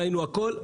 ראינו הכל,